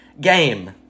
game